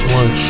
one